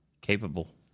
capable